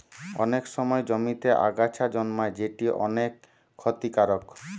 অনেক সময় জমিতে আগাছা জন্মায় যেটি অনেক ক্ষতিকারক